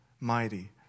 mighty